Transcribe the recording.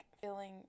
feeling